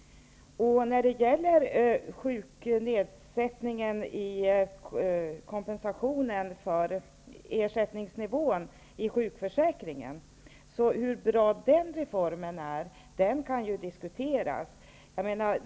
När det gäller sänkningen av ersättningsnivån i sjukförsäkringen kan det diskuteras hur bra den reformen är.